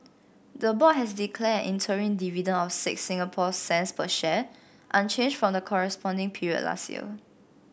the board has declared interim dividend of six Singapore cents per share unchanged from the corresponding period last year